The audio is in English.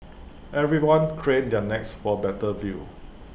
everyone craned their necks for better view